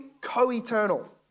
co-eternal